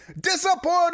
disappointed